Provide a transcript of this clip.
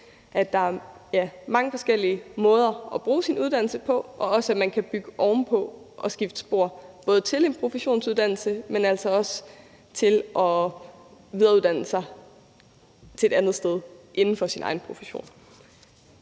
at der er mange forskellige måder at bruge sin uddannelse på, og også, at man kan bygge ovenpå og skifte spor, både til en professionsuddannelse, men altså også til at videreuddanne sig til et andet sted inden for ens egen profession.